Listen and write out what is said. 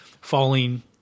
falling